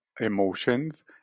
emotions